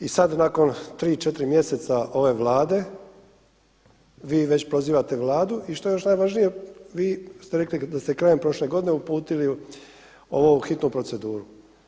I sada nakon tri, četiri mjeseca ove Vlade vi već prozivate Vladu i što je još najvažnije vi ste rekli da ste krajem prošle godine uputili ovo u hitnu proceduru.